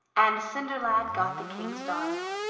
and cinderlad got the king's daughter,